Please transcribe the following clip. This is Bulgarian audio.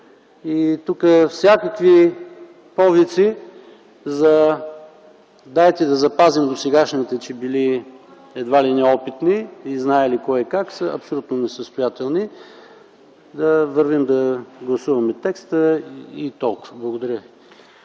Тук всякакви повици за: дайте да запазим досегашните, че били, едва ли не, опитни и знаели кое, как – са абсолютно несъстоятелни. Да вървим да гласуваме текста и толкова! Благодаря ви.